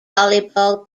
volleyball